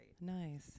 Nice